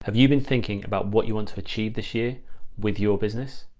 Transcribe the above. have you been thinking about what you want to achieve this year with your business?